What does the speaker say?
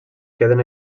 queden